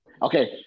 Okay